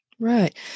Right